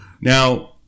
now